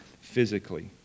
physically